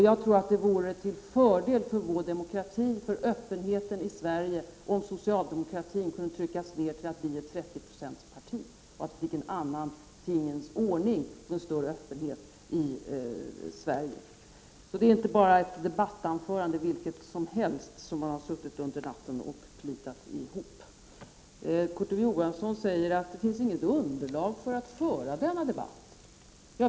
Jag tror att det vore till fördel för vår demokrati om socialdemokratin kunde tryckas ner till att bli ett 30-procentsparti och vi fick en annan tingens ordning med större öppenhet i Sverige. Det är alltså inte bara fråga om ett debattanförande vilket som helst som man har plitat ihop under natten. Kurt Ove Johansson säger att det inte finns något underlag för att föra denna debatt.